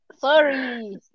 Sorry